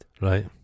Right